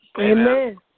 Amen